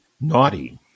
naughty